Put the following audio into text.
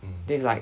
then it's like